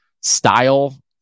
style